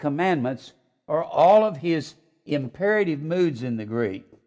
commandments are all of his imperative moods in the gre